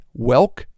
Welk